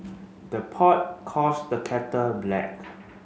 the pot calls the kettle black